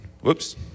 whoops